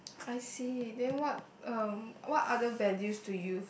I see then what um what other values do you